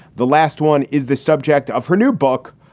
the last one is the subject of her new book,